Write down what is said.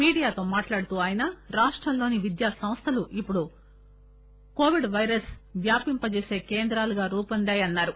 మీడియాతో మాట్టాడుతూ ఆయన రాష్టంలోని విద్యాసంస్థలు ణప్పుడు కోవిడ్ వైరస్ వ్యాపింపచేసే కేంద్రాలుగా రూవొందాయని అన్నారు